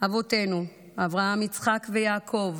אבותינו אברהם, יצחק ויעקב